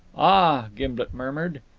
ah, gimblet murmured.